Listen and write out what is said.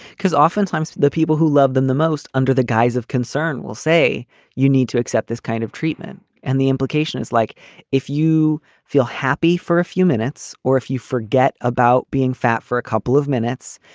because oftentimes the people who love them the most under the guise of concern will say you need to accept this kind of treatment. and the implication is like if you feel happy for a few minutes or if you forget about being fat for a couple of minutes,